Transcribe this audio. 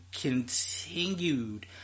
continued